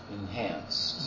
enhanced